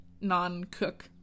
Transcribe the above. non-cook